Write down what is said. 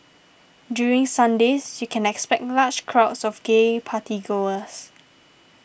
during Sundays you can expect large crowds of gay party goers